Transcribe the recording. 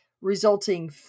resulting